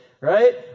Right